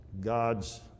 God's